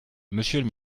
monsieur